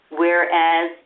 whereas